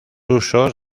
usos